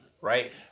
Right